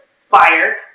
fired